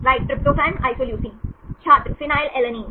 right tryptophan isoleucine छात्र phenylalanine